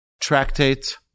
tractate